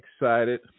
excited